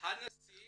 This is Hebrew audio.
הנשיא